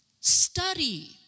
Study